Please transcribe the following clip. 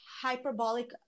hyperbolic